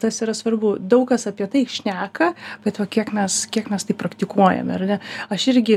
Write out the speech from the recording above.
tas yra svarbu daug kas apie tai šneka bet va kiek mes kiek mes tai praktikuojame ar ne aš irgi